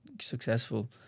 successful